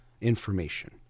information